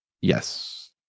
Yes